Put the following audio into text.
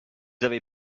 avez